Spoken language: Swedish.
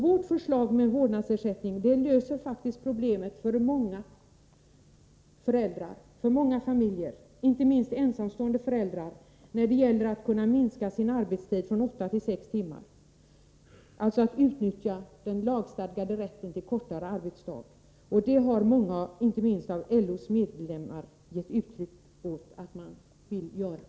Vårt förslag i fråga om vårdnadsersättning löser faktiskt problemet för många familjer och inte minst ensamstående föräldrar när det gäller att minska arbetstiden från åtta till sex timmar. Förslaget ger dem alltså möjlighet att utnyttja den lagstadgade rätten till kortare arbetsdag. Bl. a. har många av LO:s medlemmar uttalat sig positivt för rätten till sextimmarsdag för småbarnsföräldrar.